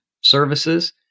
services